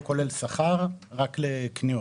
לא כולל שכר אלא רק לקניות.